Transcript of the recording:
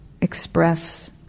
express